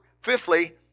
Fifthly